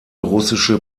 russische